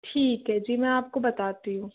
ठीक है जी मैं आपको बताती हूँ